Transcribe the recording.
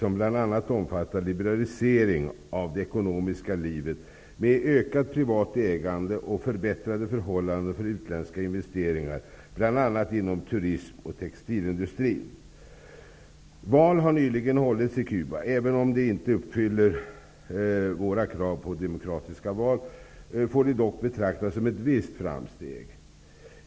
Det omfattar bl.a. liberalisering av det ekonomiska livet med ökat privat ägande och förbättrade förhållanden för utländska investeringar inom t.ex. Val har nyligen hållits i Cuba. Även om det inte uppfyller våra krav på demokratiska val, får det dock betraktas som ett visst framsteg.